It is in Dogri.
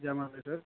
जै माता दी सर